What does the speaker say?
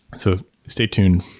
so stay tuned.